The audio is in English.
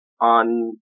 on